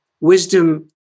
Wisdom